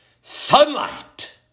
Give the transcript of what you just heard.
Sunlight